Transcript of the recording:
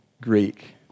Greek